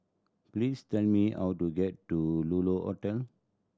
please tell me how to get to Lulu Hotel